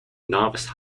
novice